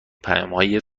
پیامهای